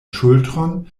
ŝultron